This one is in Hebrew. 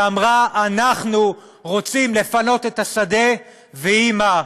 שאמרה: אנחנו רוצים לפנות את השדה ויהי מה.